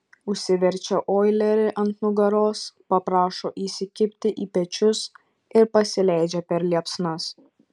užsiverčia oilerį ant nugaros paprašo įsikibti į pečius ir pasileidžia per liepsnas